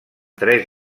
tres